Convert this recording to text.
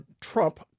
Trump